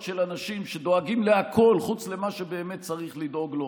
של אנשים שדואגים לכול חוץ ממה שבאמת צריך לדאוג לו.